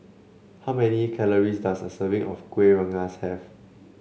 how many calories does a serving of Kueh Rengas have